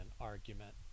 argument